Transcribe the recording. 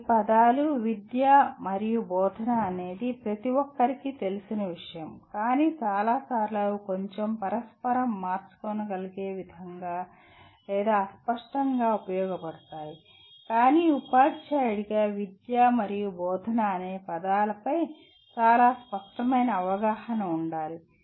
ఇవి పదాలు విద్య మరియు బోధన అనేది ప్రతిఒక్కరికీ తెలిసిన విషయం కానీ చాలాసార్లు అవి కొంచెం పరస్పరం మార్చుకోగలిగే విధంగా లేదా అస్పష్టంగా ఉపయోగించబడతాయి కానీ ఉపాధ్యాయుడిగా "విద్య" మరియు "బోధన" అనే పదాలపై స్పష్టమైన అవగాహన ఉండాలి